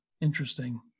Interesting